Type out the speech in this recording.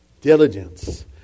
Diligence